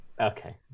Okay